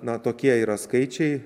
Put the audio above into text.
na tokie yra skaičiai